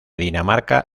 dinamarca